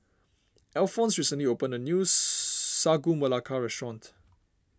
Alphons recently opened a new Sagu Melaka restaurant